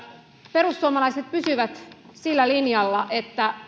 perussuomalaiset pysyvät sillä linjalla että